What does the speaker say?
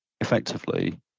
effectively